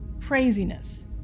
craziness